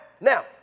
now